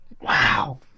wow